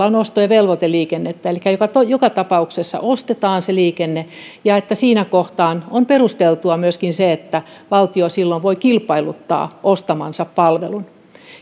on osto ja velvoiteliikennettä elikkä joka tapauksessa ostetaan se liikenne ja siinä kohtaa on perusteltua myöskin se että valtio silloin voi kilpailuttaa ostamansa palvelun